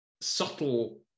subtle